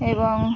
এবং